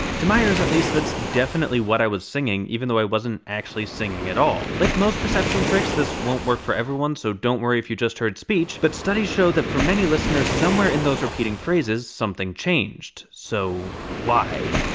to my ears, at least, that's definitely what i was singing, even though i wasn't actually singing at all. like most perception tricks, this won't work for everyone, so don't worry if you just heard speech, but studies show that, for many listeners, somewhere in those repeating phrases, something changed. so, why?